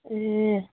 ए